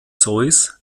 zeus